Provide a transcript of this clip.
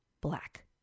black